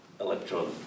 electron